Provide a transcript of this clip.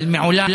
אבל מעולם